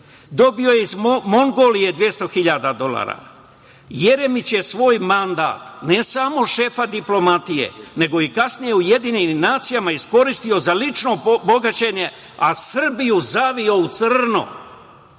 Dobio je iz Mongolije 200.000 dolara. Jeremić je svoj mandat ne samo šefa diplomatije, nego i kasnije UN iskoristio za lično bogaćenje, a Srbiju zavio u crno,